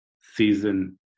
season